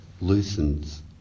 loosens